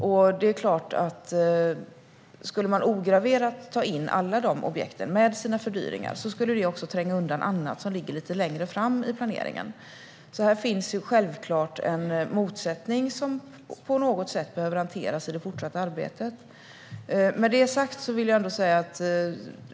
Skulle alla objekten ograverat tas in, med sina fördyringar, skulle de tränga undan annat som ligger lite längre fram i planeringen. Här finns självklart en motsättning som på något sätt behöver hanteras i det fortsatta arbetet.